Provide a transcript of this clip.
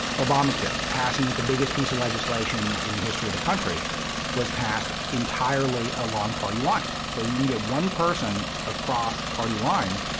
obamacare passing the biggest piece of legislation in the history of the country was passed entirely along party lines. so he didn't get one person across party lines.